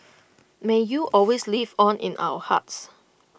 may you always live on in our hearts